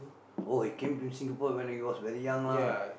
oh he came to Singapore when he was very young lah